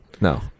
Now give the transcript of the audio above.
No